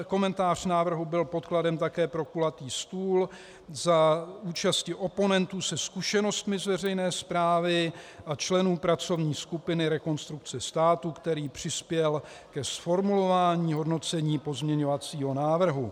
Komentář návrhu byl podkladem také pro kulatý stůl za účasti oponentů se zkušenostmi z veřejné správy a členů pracovní skupiny Rekonstrukce státu, který přispěl ke zformulování hodnocení pozměňovacího návrhu.